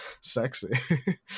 sexy